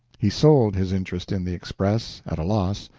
he sold his interest in the express, at a loss,